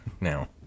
now